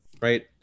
right